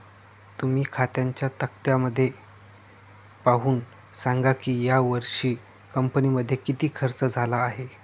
तुम्ही खात्यांच्या तक्त्यामध्ये पाहून सांगा की यावर्षी कंपनीमध्ये किती खर्च झाला आहे